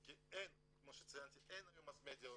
כי כמו שציינתי אין היום mass media רווחי.